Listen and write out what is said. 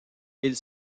ils